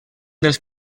dels